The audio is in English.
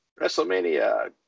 WrestleMania